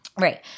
Right